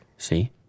See